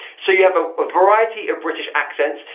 so you have a ah variety of british accents.